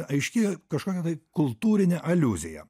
aiški kažkokia tai kultūrinė aliuzija